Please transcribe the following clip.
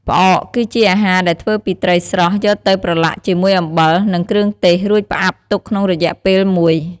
ផ្អក គឺជាអាហារដែលធ្វើពីត្រីស្រស់យកទៅប្រឡាក់ជាមួយអំបិល និងគ្រឿងទេស រួចផ្អាប់ទុកក្នុងរយៈពេលមួយ។